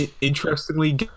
interestingly